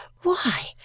Why